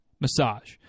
massage